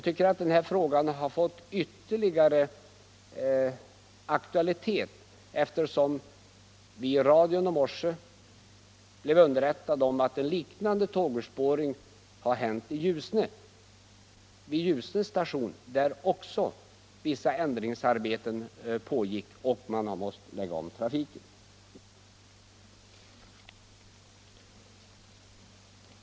Denna fråga har fått ytterligare aktualitet, eftersom vi i radio i morse blev underrättade om att en liknande tågurspåring hänt vid Ljusne station där också vissa ändringsarbeten pågick och man hade måst lägga om trafiken.